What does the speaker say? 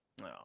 No